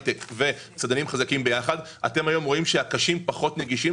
--- ומסעדים חזקים אתם רואים היום שהקשים פחות נגישים.